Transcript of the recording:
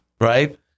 Right